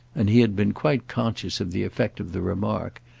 and he had been quite conscious of the effect of the remark,